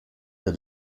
der